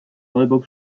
neuburg